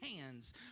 hands